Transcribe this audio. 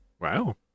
Wow